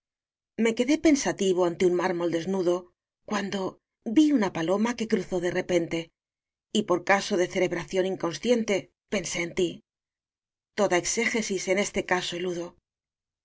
íme quedé pensativo ante un mármol desnudo cuando vi una paloma que cru ó de repente y por caso de cerebración inconsciente pensé en tí toda exégesis en este caso eludo